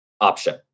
option